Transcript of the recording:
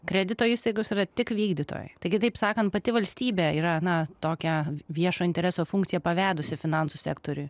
kredito įstaigos yra tik vykdytojai tai kitaip sakant pati valstybė yra na tokią viešo intereso funkciją pavedusi finansų sektoriui